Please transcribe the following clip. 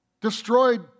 destroyed